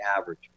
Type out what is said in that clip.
average